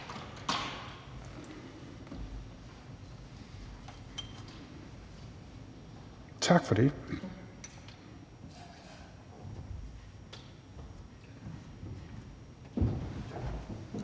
Tak for ordet.